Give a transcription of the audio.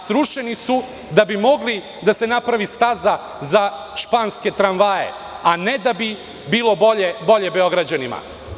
Srušeni su da bi mogla da se napravi staza za španske tramvaje, a ne da bi bilo bolje Beograđanima.